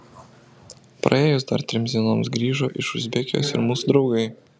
praėjus dar trims dienoms grįžo iš uzbekijos ir mūsų draugai